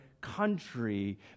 country